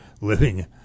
living